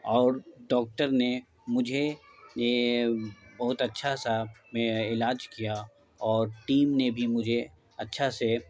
اور ڈاکٹر نے مجھے یہ بہت اچھا سا علاج کیا اور ٹیم نے بھی مجھے اچھا سے